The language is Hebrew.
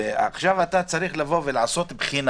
שאני צריך לעשות בחינה